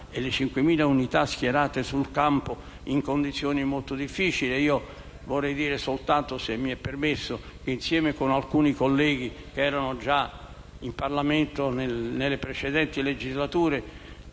le 5.000 unità, schierate sul campo in condizioni molto difficili. Vorrei dire soltanto, se mi è permesso, che ho vissuto, insieme con alcuni colleghi che erano già in Parlamento nelle precedenti legislature,